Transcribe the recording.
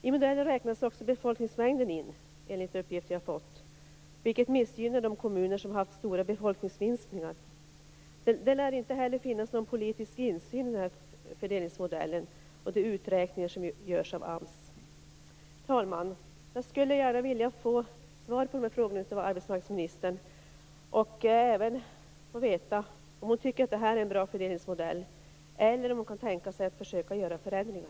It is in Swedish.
I modellen räknas också befolkningsmängden in, enligt uppgifter jag har fått, vilket missgynnar de kommuner som har haft stora befolkningsminskningar. Det lär inte heller finnas någon politisk insyn i fördelningsmodellen och de uträkningar som görs av AMS. Fru talman! Jag skulle gärna vilja få svar på de här frågorna av arbetsmarknadsministern. Jag skulle även vilja veta om hon tycker att det här är en bra fördelningsmodell eller om hon kan tänka sig att försöka göra förändringar.